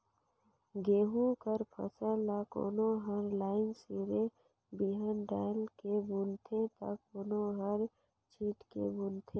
गहूँ कर फसिल ल कोनो हर लाईन सिरे बीहन डाएल के बूनथे ता कोनो हर छींट के बूनथे